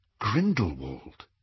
Grindelwald